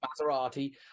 Maserati